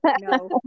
no